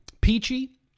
peachy